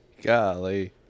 golly